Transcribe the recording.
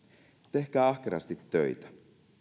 tehkää ahkerasti töitä